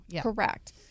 Correct